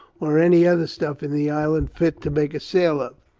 r any other stuff in the island fit to make a sail of.